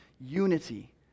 unity